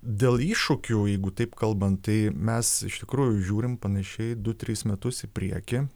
dėl iššūkių jeigu taip kalbant tai mes iš tikrųjų žiūrim panašiai du tris metus į priekį